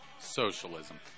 Socialism